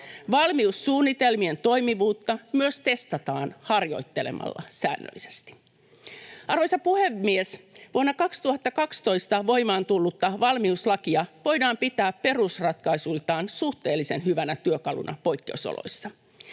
Valmiussuunnitelmien toimivuutta myös testataan harjoittelemalla säännöllisesti. Arvoisa puhemies! Vuonna 2012 voimaan tullutta valmiuslakia voidaan pitää perusratkaisuiltaan suhteellisen hyvänä työkaluna poikkeusoloissa.